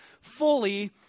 fully